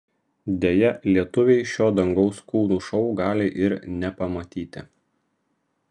deja lietuviai šio dangaus kūnų šou gali ir nepamatyti